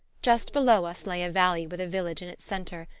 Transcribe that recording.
just below us lay a valley with a village in its centre,